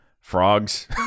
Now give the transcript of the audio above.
frogs